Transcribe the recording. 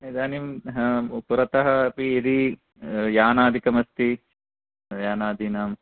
इदानीं पुरतः अपि यदि यानादिकम् अस्ति यानादीनां